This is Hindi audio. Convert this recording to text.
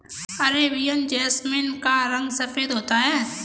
अरेबियन जैसमिन का रंग सफेद होता है